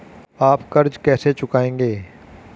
आप कर्ज कैसे चुकाएंगे?